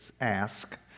ask